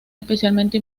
especialmente